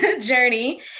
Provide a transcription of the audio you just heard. journey